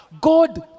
God